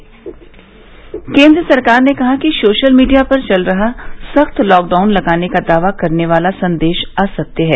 और केन्द्र सरकार ने कहा है कि सोशल मीडिया पर चल रहा सख्त लॉकडाउन लगाने का दावा करने वाला संदेश असत्य है